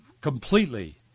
completely